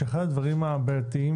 אחד הדברים הבעייתיים,